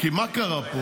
כי מה קרה פה?